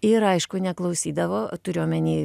ir aišku neklausydavo turiu omeny